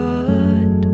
God